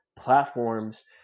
platforms